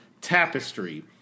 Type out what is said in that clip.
Tapestry